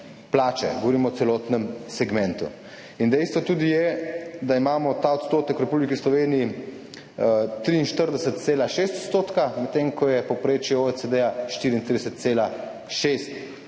plače, govorimo o celotnem segmentu. Dejstvo tudi je, da imamo ta odstotek v Republiki Sloveniji 43,6 odstotka, medtem ko je povprečje OECD 34,6